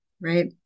right